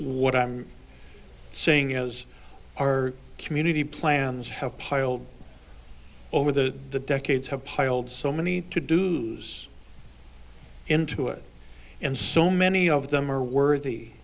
what i'm saying as our community plans have piled over the decades have piled so many to do's into it and so many of them are worthy